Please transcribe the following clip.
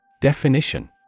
Definition